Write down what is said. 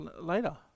later